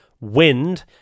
wind